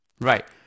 right